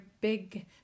big